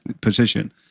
position